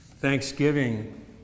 thanksgiving